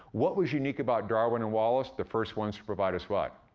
what was unique about darwin and wallace? the first ones to provide us, what?